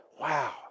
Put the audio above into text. Wow